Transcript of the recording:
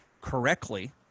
correctly